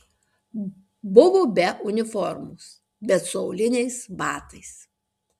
buvo be uniformos bet su auliniais batais